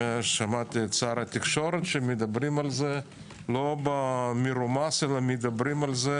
שמעתי את שר התקשורת שמדברים על זה לא במרומז אלא בתקשורת,